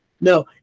No